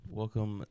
welcome